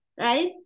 right